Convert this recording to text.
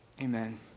Amen